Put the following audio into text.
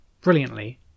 brilliantly